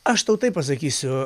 aš tau taip pasakysiu